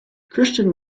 christian